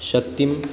शक्तिं